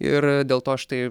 ir dėl to štai